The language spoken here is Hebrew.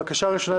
הנושא הראשון,